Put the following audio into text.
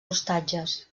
ostatges